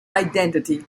identity